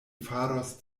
faras